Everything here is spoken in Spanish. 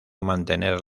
mantener